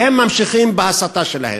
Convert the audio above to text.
והם ממשיכים בהסתה שלהם.